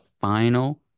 final